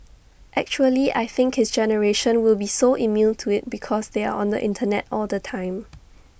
actually I think his generation will be so immune to IT because they're on the Internet all the time